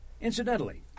Incidentally